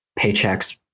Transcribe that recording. paychecks